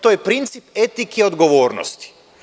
To je princip etike odgovornosti.